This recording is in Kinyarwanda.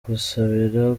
kumusabira